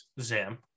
Zam